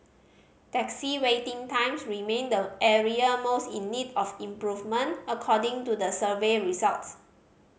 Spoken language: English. taxi waiting times remained the area most in need of improvement according to the survey results